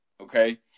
okay